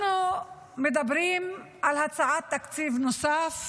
אנחנו מדברים על הצעת תקציב נוסף,